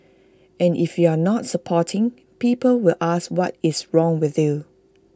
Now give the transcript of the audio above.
and if you are not supporting people will ask what is wrong with you